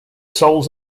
souls